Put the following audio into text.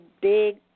big